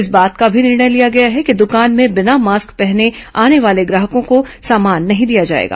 इस बात का भी निर्णय लिया गया है कि दुकान में बिना मास्क पहने आने वाले ग्राहकों को सामान नहीं दिया जाएगा